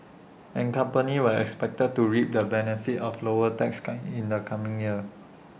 and companies were expected to reap the benefits of lower taxes guy in the coming year